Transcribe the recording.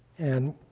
and